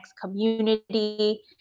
community